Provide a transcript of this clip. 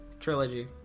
trilogy